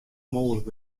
mooglik